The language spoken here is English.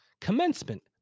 Commencement